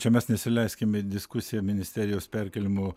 čia mes nesileiskim į diskusiją ministerijos perkėlimo